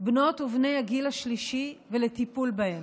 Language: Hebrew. בנות ובני הגיל השלישי ולטיפול בהם.